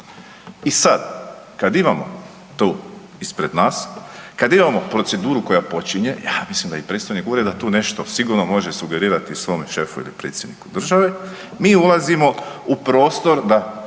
I sad kad imamo to ispred nas, kad imamo proceduru koja počinje, a mislim da i predstojnik Ureda tu nešto sigurno može sugerirati svome šefu ili predsjedniku države, mi ulazimo u prostor da